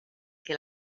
che